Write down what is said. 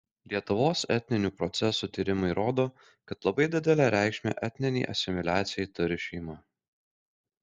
lietuvos etninių procesų tyrimai rodo kad labai didelę reikšmę etninei asimiliacijai turi šeima